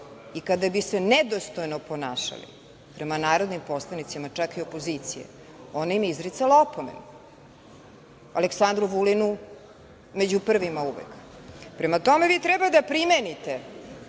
i kada bi se nedostojno ponašali prema narodnim poslanicima, čak i opozicije, ona im je izricala opomenu. Aleksandru Vulinu među prvima uvek. Prema tome, vi treba da primenite